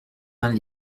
vingt